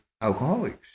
alcoholics